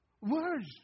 words